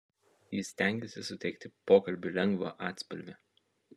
jis stengėsi suteikti pokalbiui lengvą atspalvį